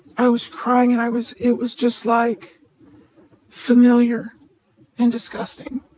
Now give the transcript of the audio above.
i was crying, and i was, it was just like familiar and disgusting